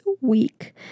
week